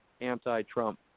anti-Trump